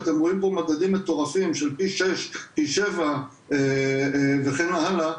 שאתם רואים פה מדדים מטורפים של פי שש ופי שבע וכן הלאה,